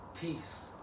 peace